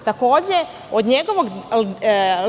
stvar. Takođe, od